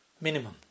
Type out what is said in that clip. minimum